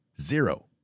Zero